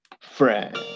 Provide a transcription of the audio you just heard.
friend